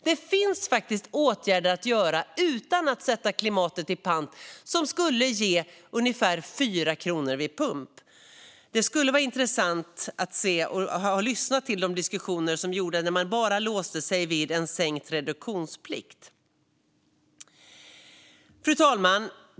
Det finns faktiskt åtgärder att vidta, utan att sätta klimatet i pant, som skulle ge ungefär 4 kronor vid pump. Det skulle ha varit intressant att lyssna till de diskussioner som gjorde att man låste sig vid bara en sänkt reduktionsplikt. Fru talman!